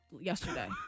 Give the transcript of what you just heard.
yesterday